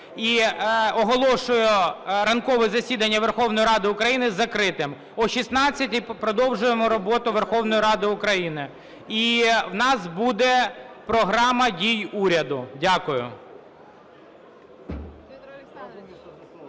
І оголошую ранкове засідання Верховної Ради України закритим. О 16 продовжуємо роботу Верховної Ради України. В нас буде програма дій уряду. Дякую.